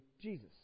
Jesus